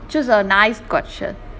choose a nice question